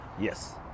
Yes